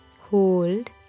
Hold